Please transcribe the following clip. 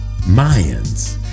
Mayans